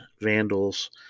vandals